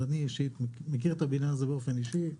אני מכיר את הבניין הזה באופן אישי,